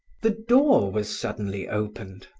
the door was suddenly opened.